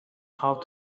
how